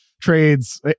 Trades